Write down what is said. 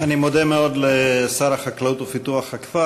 אני מודה מאוד לשר החקלאות ופיתוח הכפר